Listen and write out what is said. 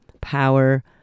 power